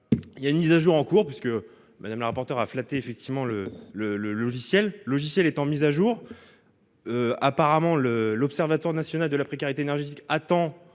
Il y a une mise à jour en cours parce que Madame la rapporteure a flatté effectivement le le le logiciel logiciel étant mises à jour. Apparemment le, l'Observatoire national de la précarité énergétique. Attends